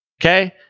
Okay